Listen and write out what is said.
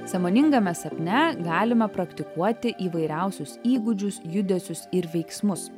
sąmoningame sapne galime praktikuoti įvairiausius įgūdžius judesius ir veiksmus